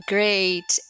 Great